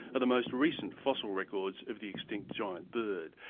are the most recent fossil records of the extinct giant bird,